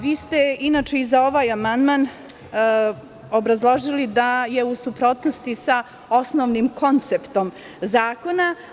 Vi ste i za ovaj amandman obrazložili da je u suprotnosti sa osnovnim konceptom zakona.